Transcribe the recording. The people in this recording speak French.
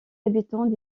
habitants